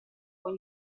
con